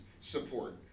support